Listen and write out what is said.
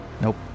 Nope